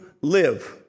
live